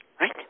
Right